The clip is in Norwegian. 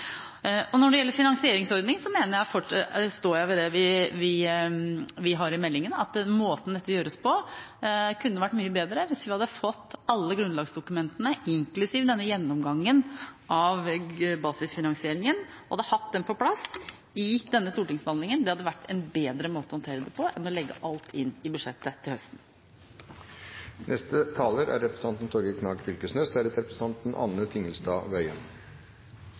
departementet. Når det gjelder finansieringsordningen, står jeg ved det vi har skrevet i innstillingen, at det kunne vært mye bedre hvis vi hadde hatt alle grunnlagsdokumentene, inklusiv denne gjennomgangen av basisfinansieringen, på plass i denne stortingsbehandlingen. Det hadde vært en bedre måte å håndtere det på enn å legge alt inn i budsjettet til høsten. Det har forundra meg ei stund korleis regjeringa tenkjer i forskingspolitikken, og kor forskjellig dei tenkjer i næringspolitikken. I forskingspolitikken er